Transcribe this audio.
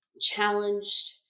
challenged